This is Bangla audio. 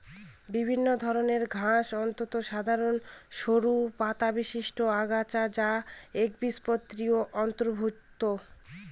বিভিন্ন ধরনের ঘাস অত্যন্ত সাধারন সরু পাতাবিশিষ্ট আগাছা যা একবীজপত্রীর অন্তর্ভুক্ত